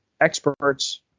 experts